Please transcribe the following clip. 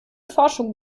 forschung